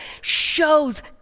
shows